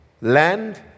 land